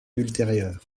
ultérieure